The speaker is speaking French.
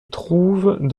trouvent